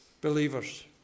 believers